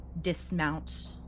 dismount